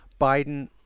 Biden